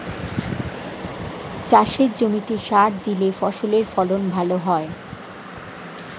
চাষের জমিতে সার দিলে ফসলের ফলন ভালো হয়